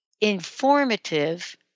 informative